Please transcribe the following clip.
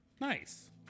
Nice